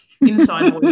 inside